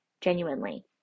genuinely